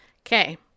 Okay